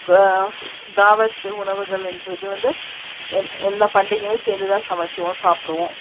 க தாவத்து உணவுகள் என்றது வந்து எந் எந்த பண்டிகையும் சேர்ந்து தான் சமச்சுவோம் சாப்பிடுவோம்